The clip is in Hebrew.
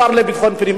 לשר לביטחון פנים,